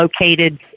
located